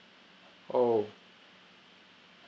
oh